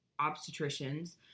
obstetricians